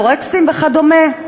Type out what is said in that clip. אנורקסיות, אנורקסים וכדומה,